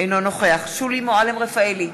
אינו נוכח שולי מועלם-רפאלי,